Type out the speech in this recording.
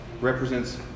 represents